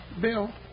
Bill